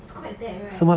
it's quite bad right